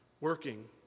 working